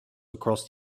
across